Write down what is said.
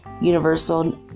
universal